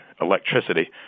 electricity